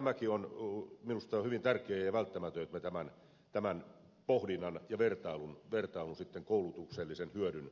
tämäkin on minusta hyvin tärkeää ja välttämätöntä että me tämän pohdinnan ja vertailun koulutuksellisen hyödyn